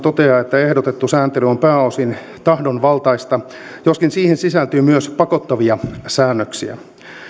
toteaa että ehdotettu sääntely on pääosin tahdonvaltaista joskin siihen sisältyy myös pakottavia säännöksiä